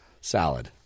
salad